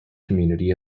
community